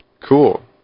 Cool